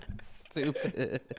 Stupid